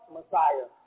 Messiah